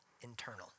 internal